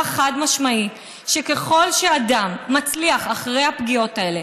חד-משמעית שככל שאדם מצליח אחרי הפגיעות האלה